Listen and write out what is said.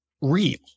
real